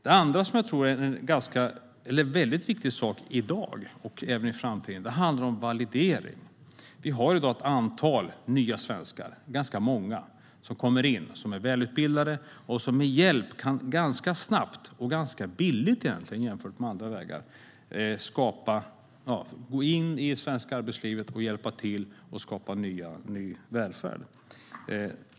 En annan sak som är mycket viktig i dag och även i framtiden är validering. Vi har i dag ganska många nya svenskar som är välutbildade och som med hjälp ganska snabbt och ganska billigt, jämfört med andra vägar, kan gå in i det svenska arbetslivet och hjälpa till att skapa ny välfärd.